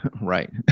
Right